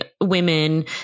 women